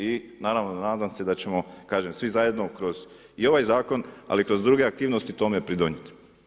I naravno nadam se da ćemo, kažem svi zajedno kroz i ovaj zakon, ali i kroz druge aktivnosti tome pridonijeti.